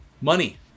Money